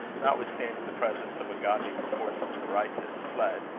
notwithstanding the presence of a goodly proportion of the righteous, fled,